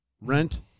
Rent